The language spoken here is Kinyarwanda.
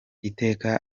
iteka